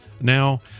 now